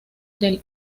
del